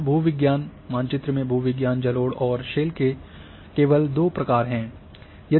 और भू विज्ञान मानचित्र में भू विज्ञान जलोढ़ और शेल के केवल दो प्रकार हैं